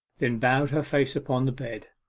then bowed her face upon the bed.